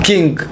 King